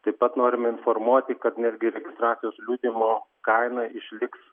taip pat norime informuoti kad netgi registracijos liudijimo kaina išliks